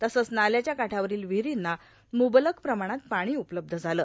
तसंच नाल्याच्या काठावरील विहिरींना मुबलक प्रमाणात पाणी उपलब्ध झालं